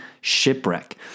shipwreck